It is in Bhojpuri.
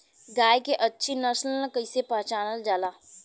गाय के अच्छी नस्ल कइसे पहचानल जाला?